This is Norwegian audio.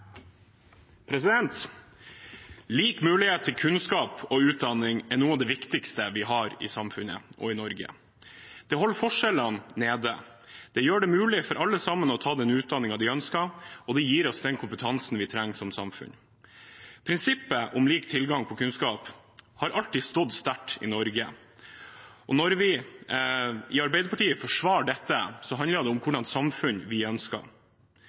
noe av det viktigste vi har i samfunnet og i Norge. Det holder forskjellene nede, det gjør det mulig for alle å ta den utdanningen de ønsker, og det gir oss den kompetansen vi trenger som samfunn. Prinsippet om lik tilgang på kunnskap har alltid stått sterkt i Norge, og når vi i Arbeiderpartiet forsvarer dette, handler det om hvilket samfunn vi ønsker